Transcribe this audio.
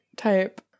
type